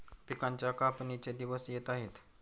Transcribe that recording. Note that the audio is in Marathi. पिकांच्या कापणीचे दिवस येत आहेत